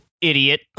idiot